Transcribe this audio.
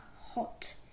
hot